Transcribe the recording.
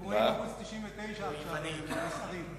הם רואים ערוץ-99 עכשיו והם נסערים.